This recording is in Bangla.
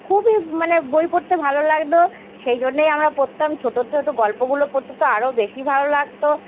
খুবই মানে বই পড়তে ভালো লাগতো সেই জন্যেই আমরা পড়তাম ছোট ছোট গল্পগুলো পড়তে তো আরও বেশি ভালো লাগতো